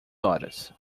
horas